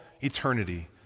eternity